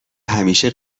همیشه